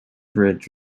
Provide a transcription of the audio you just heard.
bridge